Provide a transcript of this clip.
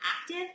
active